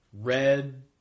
Red